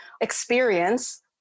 experience